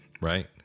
right